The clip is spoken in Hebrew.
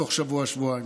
תוך שבוע-שבועיים.